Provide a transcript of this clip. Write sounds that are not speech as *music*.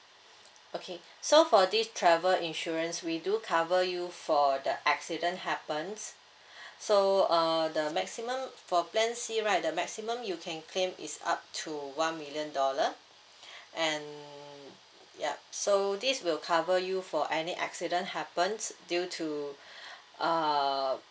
okay so for this travel insurance we do cover you for the accident happens so uh the maximum for plan C right the maximum you can claim is up to one million dollar and yup so this will cover you for any accident happen due to *breath* uh